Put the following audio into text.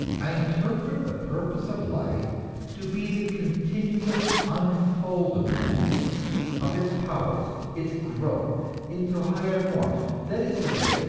i interpret the purpose of life to be the continuous unfoldment of its powers, its growth into higher forms that is to say,